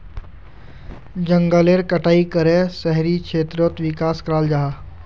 जनगलेर कटाई करे शहरी क्षेत्रेर विकास कराल जाहा